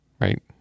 right